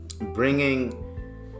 bringing